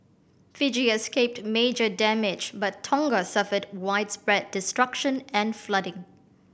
Fiji escaped major damage but Tonga suffered widespread destruction and flooding